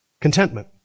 contentment